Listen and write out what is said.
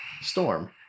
Storm